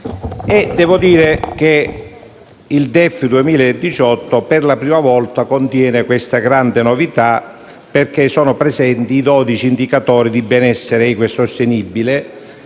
devo dire che il DEF 2018, per la prima volta, contiene una grande novità: sono presenti i 12 indicatori di benessere equo e sostenibile,